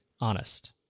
Honest